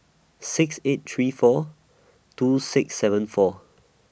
six eight three four two six seven four